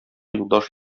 юлдаш